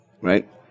right